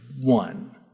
one